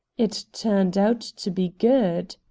it turned out to be good.